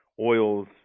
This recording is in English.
oils